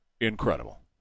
incredible